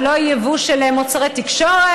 ולא יהיה יבוא של מוצרי תקשורת,